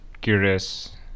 curious